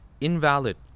invalid